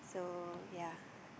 so yeah